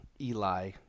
Eli